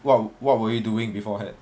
what what were you doing beforehand